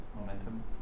momentum